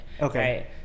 okay